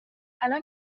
الان